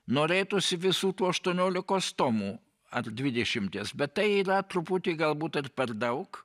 norėtųsi visų tų aštuoniolikos tomų ar dvidešimties bet tai yra truputį galbūt ir per daug